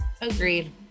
Agreed